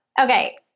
okay